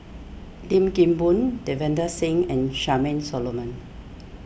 Lim Kim Boon Davinder Singh and Charmaine Solomon